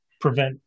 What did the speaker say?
prevent